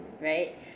Right